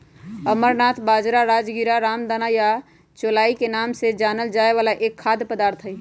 amaranth बाजरा, राजगीरा, रामदाना या चौलाई के नाम से जानल जाय वाला एक खाद्य पदार्थ हई